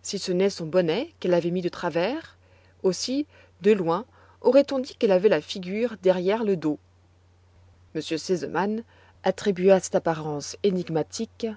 si ce n'est son bonnet qu'elle avait mis de travers aussi de loin aurait-on dit qu'elle avait la figure derrière le dos m r sesemann attribua cette apparence énigmatique